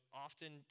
often